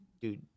Dude